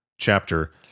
Chapter